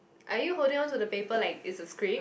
are you holding on to the paper like it's a script